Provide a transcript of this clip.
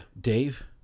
Dave